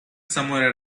somewhere